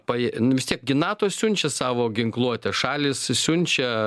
pai vistiek gi nato siunčia savo ginkluotę šalys siunčia